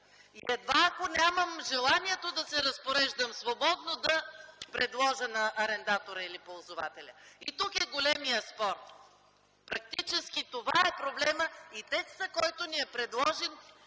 И едва ако нямам желание да се разпореждам свободно с нея, тогава да я предложа на арендатора или ползвателя. И тук е големият спор. Практически това е проблемът. Текстът, който ни е предложен,